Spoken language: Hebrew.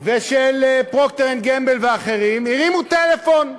ושל "פרוקטר אנד גמבל" ואחרים, הרימו טלפון.